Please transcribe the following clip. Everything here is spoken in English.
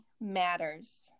matters